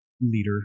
leader